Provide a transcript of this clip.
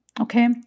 Okay